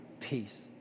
peace